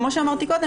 כמו שאמרתי קודם,